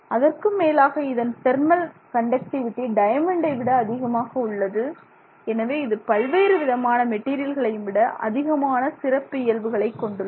அதற்கும் மேலாக இதன் தெர்மல் கண்டக்டிவிடி டைமண்ட்டை விட அதிகமாக உள்ளது எனவே இது பல்வேறு விதமான மெட்டீரியல்களையும் விட அதிகமான சிறப்பியல்புகளை கொண்டுள்ளது